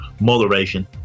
Moderation